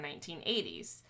1980s